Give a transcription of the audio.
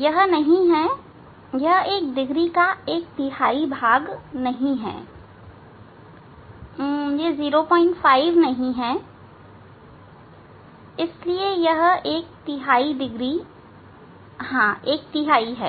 यह नहीं है कि यह एक डिग्री का एक तिहाई नहीं है यह 05 नहीं है इसलिए यह एक तिहाई डिग्री एक तिहाई है